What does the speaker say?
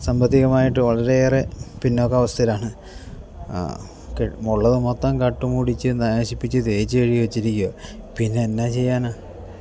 സാമ്പത്തികമായിട്ട് വളരെയേറെ പിന്നോക്കാവസ്ഥയിലാണ് ഉള്ളത് മൊത്തം കട്ടുമുടിച്ച് നശിപ്പിച്ച് തേച്ചു കഴുകി വെച്ചിരിക്കുകയാണ് പിന്നെന്നാ ചെയ്യാനാണ്